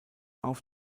auf